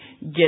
get